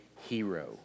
hero